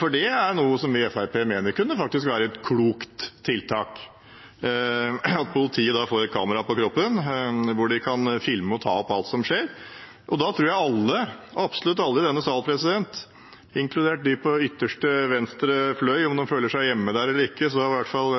for det er noe vi i Fremskrittspartiet mener kunne være et klokt tiltak, at politiet får et kamera på kroppen som kan filme og ta opp alt som skjer. Da tror jeg absolutt alle i denne sal, inkludert dem på ytterste venstre fløy – om de føler seg hjemme der eller ikke, har i hvert fall